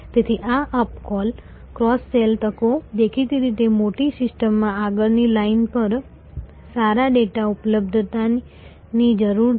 તેથી આ up sell cross sell તકો દેખીતી રીતે મોટી સિસ્ટમમાં આગળની લાઇન પર સારા ડેટાની ઉપલબ્ધતાની જરૂર છે